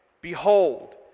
Behold